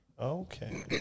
Okay